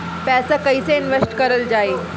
पैसा कईसे इनवेस्ट करल जाई?